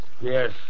Yes